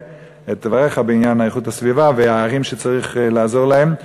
את דבריך בעניין איכות הסביבה והערים שצריך לעזור להן.